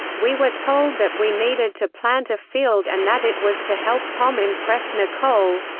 we were told that we needed to plant a field and that it was to help tom impress nicole.